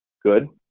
good.